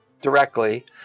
directly